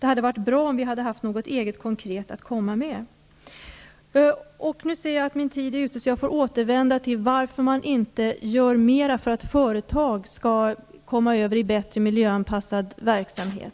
Det skulle vara bra med något konkret att komma med. Min taletid är snart slut varför jag återgår till att fråga: Varför gör man inte mer för att företag skall komma in i bättre miljöanpassad verksamhet?